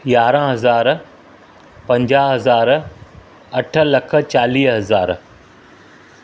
यारहं हज़ार पंॼाहु हज़ार अठ लख चालीह हज़ार